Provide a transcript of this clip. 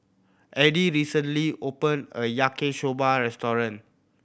Eddy recently opened a Yaki Soba restaurant